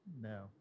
No